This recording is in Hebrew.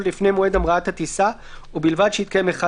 לפני מועד המראת הטיסה ובלבד שהתקיים אחד